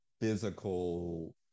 physical